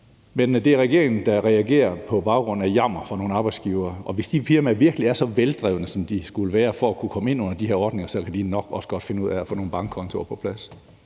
Men det er regeringen, der reagerer på baggrund af jammer fra nogle arbejdsgivere, og hvis de firmaer virkelig er så veldrevne, som de skulle være for at kunne komme ind under de her ordninger, så kan de nok også godt finde ud af at få nogle bankkontoer på plads.